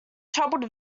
troubled